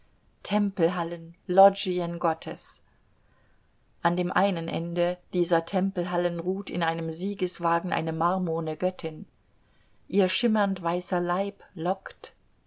tempelhallen loggien gottes an dem einen ende dieser tempelhallen ruht in einem siegeswagen eine marmorne göttin ihr schimmernd weißer leib lockt